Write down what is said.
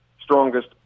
strongest